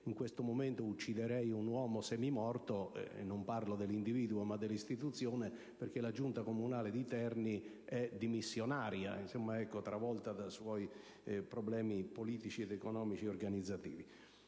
In questo momento ucciderei un uomo semimorto, e non parlo dell'individuo ma dell'istituzione, perché la Giunta comunale di Terni è dimissionaria, travolta dai suoi problemi politici, economici ed organizzativi.